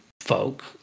folk